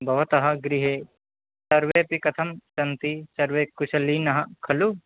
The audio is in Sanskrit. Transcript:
भवतः गृहे सर्वेऽपि कथं सन्ति सर्वे कुशलिनः खलु